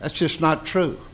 that's just not true